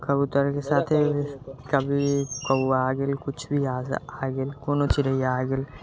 कबूतरके साथे कभी कौआ आ गेल कुछ भी आ गेल कोनो चिड़ैआ आ गेल